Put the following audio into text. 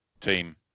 team